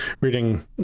reading